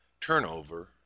turnover